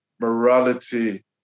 morality